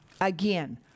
Again